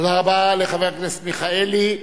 תודה רבה לחבר הכנסת מיכאלי.